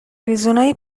ریزونای